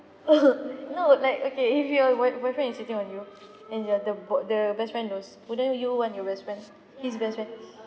no like okay if your boy boyfriend in cheating on you and your the bo~ the best friend knows wouldn't you warn your best friend his best friend